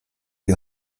die